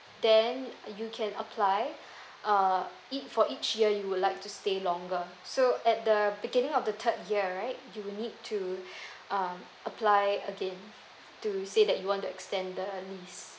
then you can apply uh it for each year you would like to stay longer so at the beginning of the third year right you would need to um apply again to say that you want to extend the list